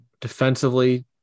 defensively